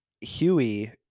Huey